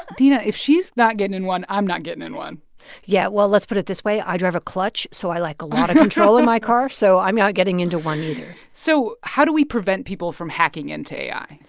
dina, if she's not getting in one, i'm not getting in one yeah. well, let's put it this way. i drive a clutch, so i like a lot of control in my car. so i'm not getting into one either so how do we prevent people from hacking into ai?